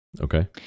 Okay